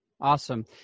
Awesome